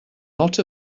not